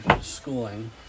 schooling